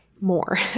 more